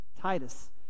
Titus